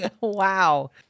Wow